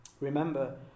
Remember